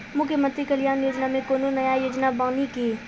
मुख्यमंत्री कल्याण योजना मे कोनो नया योजना बानी की?